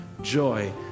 joy